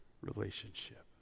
relationship